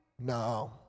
no